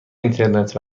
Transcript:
اینترنت